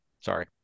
sorry